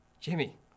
Jimmy